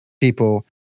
people